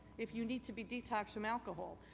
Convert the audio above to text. if you need to be detoxed from alcohol.